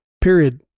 period